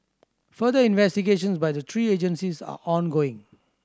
further investigations by the three agencies are ongoing